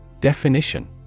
Definition